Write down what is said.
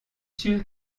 sûr